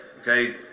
okay